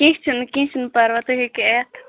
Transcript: کینٛہہ چھُنہٕ کینٛہہ چھُنہٕ پَرواے تُہۍ ہیکِو یِتھ